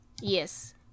Yes